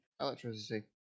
Electricity